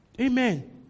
Amen